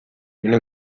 una